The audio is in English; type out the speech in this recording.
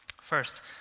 First